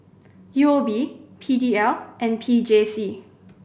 U O B P D L and P J C